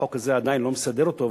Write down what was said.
החוק הזה עדיין לא מסדר אותו,